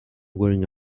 wearing